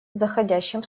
заходящим